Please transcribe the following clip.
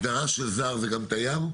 הגדרה של זר זה גם תייר?